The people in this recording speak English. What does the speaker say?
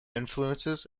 influences